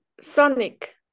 Sonic